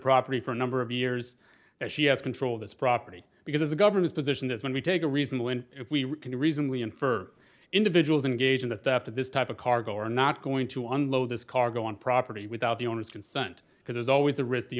property for a number of years that she has control of this property because the governor's position is when we take a reasonable and if we can reasonably infer individuals engage in the theft of this type of cargo are not going to unload this cargo on property without the owner's consent because there's always the risk the